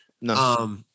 No